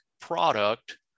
product